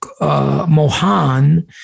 Mohan